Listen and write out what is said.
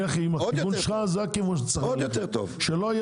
עוד יותר טוב.